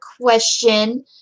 question